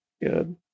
Good